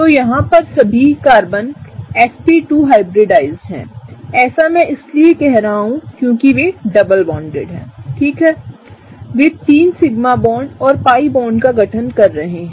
तो यहां पर सभी कार्बन sp2 हाइब्रिडाइज्ड है ऐसा मैं इसलिए कह रहा हूं क्योंकि वे डबल बांडेड हैं ठीक है वे तीन सिग्मा बॉन्ड और pi बॉन्ड का गठन कर रहे हैं